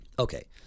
Okay